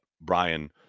Brian